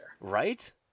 Right